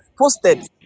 posted